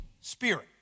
Spirit